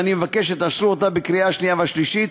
ואני מבקש שתאשרו אותה בקריאה שנייה ושלישית.